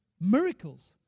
Miracles